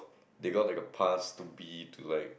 they got like a pass to B to like